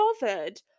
bothered